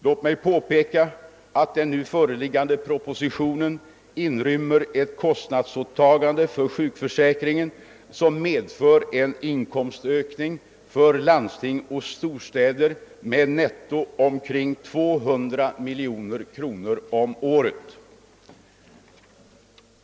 Låt mig påpeka att den förevarande propositionen inrymmer ett kostnadsåtagande för sjukförsäkringen, som medför en inkomstökning för landsting och storstäder med netto omkring 200 miljoner kronor om året.